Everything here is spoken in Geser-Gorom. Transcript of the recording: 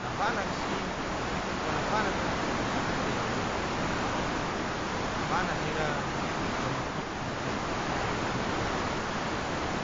Nafanak si tu fanak fanaka jattei walu nafas ira le matutu ni talisa kaisa laka mo